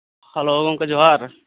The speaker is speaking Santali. ᱦᱮᱞᱳ ᱜᱚᱢᱠᱮ ᱡᱚᱦᱟᱨ